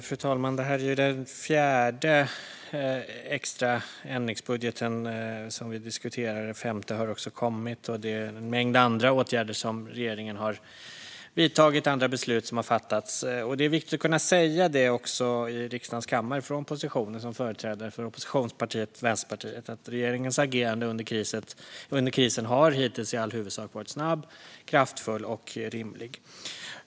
Fru talman! Det här är den fjärde extra ändringsbudgeten som vi diskuterar. Också en femte har kommit. Regeringen har vidtagit en mängd andra åtgärder, och andra beslut har fattats. Det är viktigt att från positionen som företrädare för oppositionspartiet Vänsterpartiet säga i riksdagens kammare att regeringens agerande under krisen hittills i all huvudsak har varit snabbt, kraftfullt och rimligt.